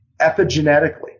Epigenetically